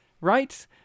Right